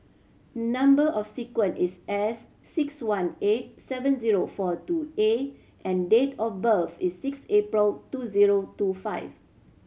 number sequence is S six one eight seven zero four two A and date of birth is six April two zero two five